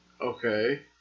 Okay